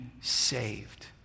saved